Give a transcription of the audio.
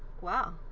wow